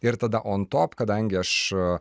ir tada ontop kadangi aš